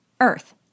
earth